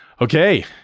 Okay